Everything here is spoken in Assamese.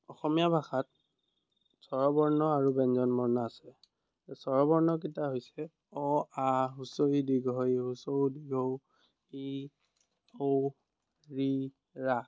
অসমীয়া ভাষাত স্বৰবৰ্ণ আৰু ব্যঞ্জনবৰ্ণ আছে স্বৰবৰ্ণকেইটা হৈছে অ আ হস্ৰ ই দীৰ্ঘ ঈ হস্ৰউ দীৰ্ঘ ঊ ই ঔ ঋ ৰা